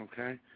Okay